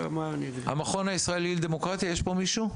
המכון הישראלי לדמוקרטיה, יש פה מישהו?